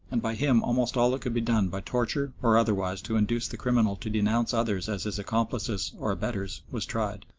and by him almost all that could be done by torture or otherwise to induce the criminal to denounce others as his accomplices or abettors was tried.